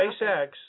SpaceX